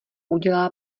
udělá